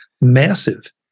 massive